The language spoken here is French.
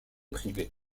privées